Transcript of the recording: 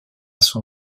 son